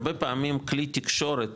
הרבה פעמים כלי תקשורת